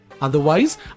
Otherwise